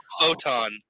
photon